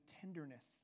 tenderness